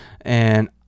and-